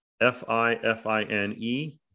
F-I-F-I-N-E